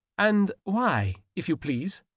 and why, if you please?